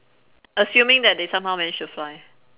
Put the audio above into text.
assuming that they somehow manage to fly